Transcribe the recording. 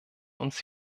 uns